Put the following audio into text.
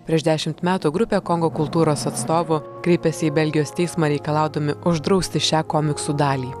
prieš dešimt metų grupė kongo kultūros atstovų kreipėsi į belgijos teismą reikalaudami uždrausti šią komiksų dalį